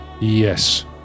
Yes